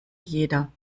jeder